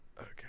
Okay